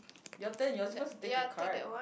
your turn you're supposed to take a card